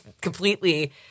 completely